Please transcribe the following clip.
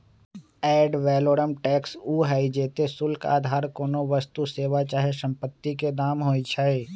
ad valorem tax उ हइ जेते शुल्क अधार कोनो वस्तु, सेवा चाहे सम्पति के दाम होइ छइ